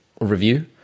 review